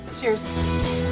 Cheers